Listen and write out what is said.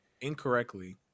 incorrectly